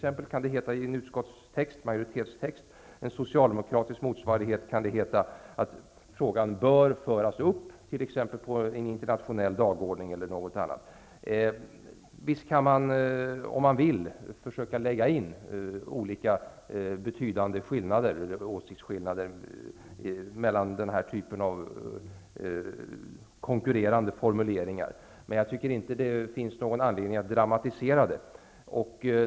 Enligt den socialdemokratiska motsvarigheten kan det heta att frågan bör föras upp t.ex. på en internationell dagordning eller någonting annat. Visst kan man, om man vill, försöka lägga in olika betydande åsiktsskillnader mellan denna typ av konkurrerande formuleringar, men jag tycker inte det finns någon anledning att dramatisera detta.